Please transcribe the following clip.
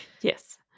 yes